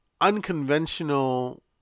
unconventional